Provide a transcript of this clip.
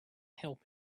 help